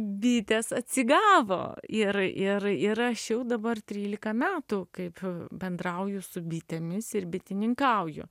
bitės atsigavo ir ir ir aš jau dabar trylika metų kaip bendrauju su bitėmis ir bitininkauju